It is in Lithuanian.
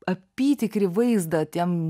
apytikrį vaizdą tiem